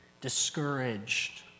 discouraged